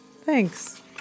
Thanks